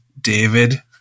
David